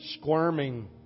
squirming